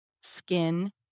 skin